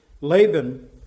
Laban